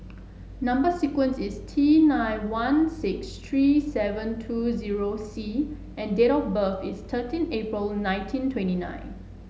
number sequence is T nine one six three seven two zero C and date of birth is thirteen April nineteen twenty nine